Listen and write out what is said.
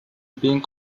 being